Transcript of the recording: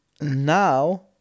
now